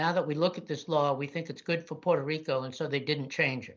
now that we look at this law we think it's good for puerto rico and so they didn't change